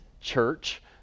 church